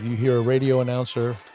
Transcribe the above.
hear a radio announcer.